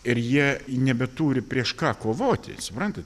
ir jie nebeturi prieš ką kovoti suprantat